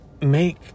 make